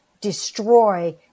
destroy